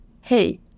hey